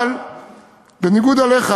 אבל בניגוד אליך